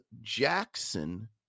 Jackson